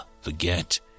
forget